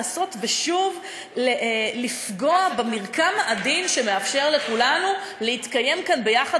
לנסות שוב לפגוע במרקם העדין שמאפשר לכולנו להתקיים כאן ביחד